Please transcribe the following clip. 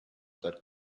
that